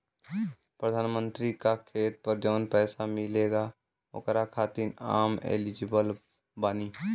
प्रधानमंत्री का खेत पर जवन पैसा मिलेगा ओकरा खातिन आम एलिजिबल बानी?